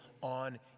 on